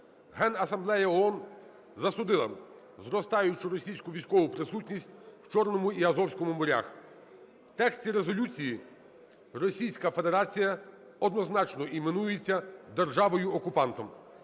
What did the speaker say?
Генасамблея ООН засудила зростаючу військову російську присутність у Чорному і Азовському морях. В тексті резолюції Російська Федерація однозначно іменується державою-окупантом.